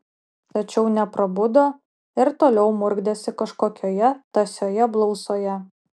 tačiau neprabudo ir toliau murkdėsi kažkokioje tąsioje blausoje